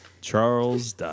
Charles